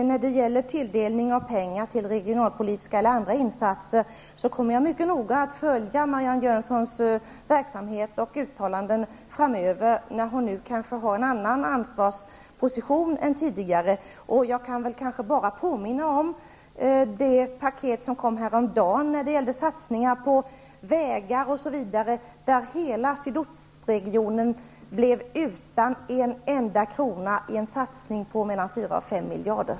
När det gäller tilldelning av medel till regionalpolitiska insatser eller andra insatser, kommer jag mycket noga att följa Marianne Jönssons verksamhet och uttalanden framöver, när hon nu har en annan ansvarsposition än tidigare. Jag kan påminna om det paket som kom häromdagen när det gäller satsningar på vägar, osv. Hela sydostregionen fick inte en enda krona. Det handlar här om en satsning i storleksordningen 4--5